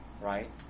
right